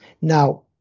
Now